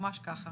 ממש ככה.